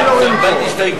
שם החוק